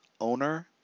owner